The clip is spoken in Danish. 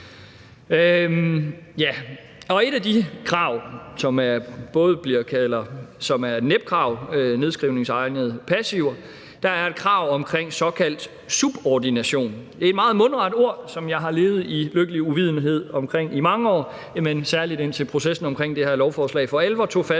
Et af de krav, som er NEP-krav, altså nedskrivningsegnede passiver, er en såkaldt subordination. Det er et meget mundret ord, som jeg har levet i lykkelig uvidenhed om i mange år, særlig indtil processen om det her lovforslag for alvor tog fat,